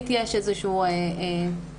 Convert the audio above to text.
יש איזשהו הסכם